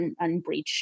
unbreached